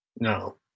No